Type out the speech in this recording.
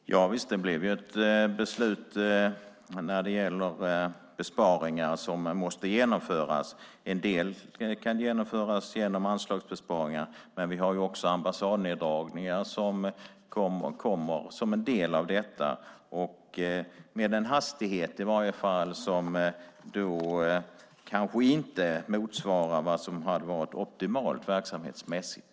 Herr talman! Javisst, det blev ett beslut om besparingar som måste genomföras. En del kan genomföras via anslagsbesparingar, men vi har också ambassadneddragningar som en del av detta. Besparingarna ska nu ske med en hastighet som kanske inte motsvarar det som verksamhetsmässigt hade varit optimalt.